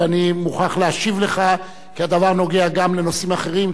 ואני מוכרח להשיב לך כי הדבר נוגע גם לנושאים אחרים,